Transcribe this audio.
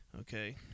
Okay